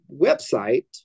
website